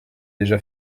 déjà